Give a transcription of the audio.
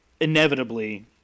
inevitably